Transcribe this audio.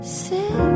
sit